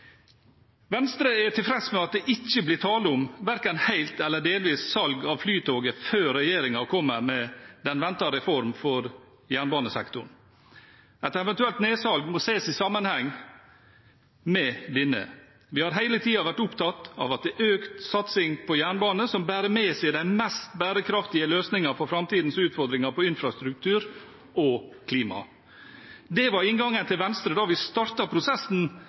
Venstre er tilfreds med at det ikke blir tale om verken helt eller delvis salg av Flytoget før regjeringen kommer med den ventede reformen for jernbanesektoren. Et eventuelt nedsalg må ses i sammenheng med denne. Vi har hele tiden vært opptatt av at det er økt satsing på jernbane som bærer med seg den mest bærekraftige løsningen for framtidens utfordringer innenfor infrastruktur og klima. Det var inngangen til Venstre da vi startet prosessen